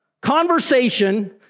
conversation